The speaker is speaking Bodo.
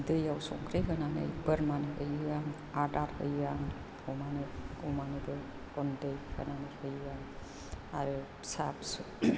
दैआव संख्रि होनानै बोरमानो दै होयो आं आदार होयो आं अमानो अमानोबो रन्दै होनानै होयो आं आरो फिसा फिसौ